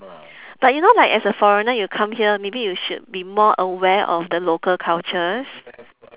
but you know like as a foreigner you come here maybe you should be more aware of the local cultures